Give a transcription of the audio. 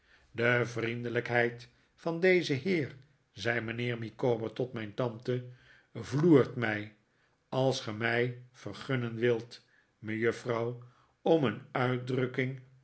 de vriendelijkheid van dezen heer zei mijnheer micawber tot mijn tante vloert mij als ge mjj vergunnen wilt mejuffrouw om een uitdrukking